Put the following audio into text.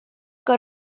que